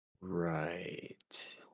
Right